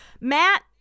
Matt